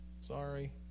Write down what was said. Sorry